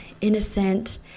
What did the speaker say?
innocent